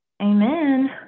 Amen